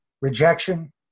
rejection